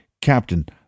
Captain